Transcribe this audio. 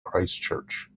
christchurch